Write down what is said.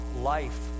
life